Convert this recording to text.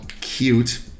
cute